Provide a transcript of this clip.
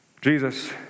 Jesus